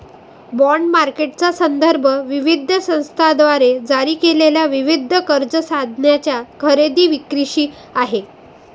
bond मार्केटचा संदर्भ विविध संस्थांद्वारे जारी केलेल्या विविध कर्ज साधनांच्या खरेदी विक्रीशी आहे